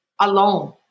alone